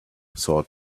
thought